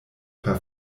per